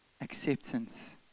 acceptance